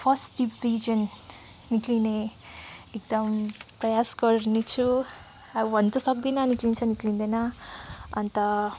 first division निस्किने एकदम प्रयास गर्नेछु अब भन्नु त सक्दिनँ निस्किन्छ निस्किँदैन अन्त